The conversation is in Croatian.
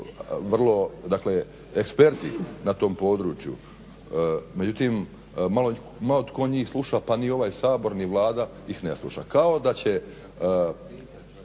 i eksperti na tom području. Međutim, malo tko njih sluša pa ni ovaj Sabor ni Vlada ih ne sluša. Kao da će,